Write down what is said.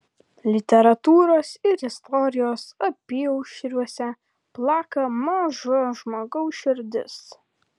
literatūros ir istorijos apyaušriuose plaka maža žmogaus širdis